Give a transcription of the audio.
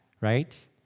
right